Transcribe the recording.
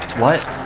what